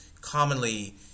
commonly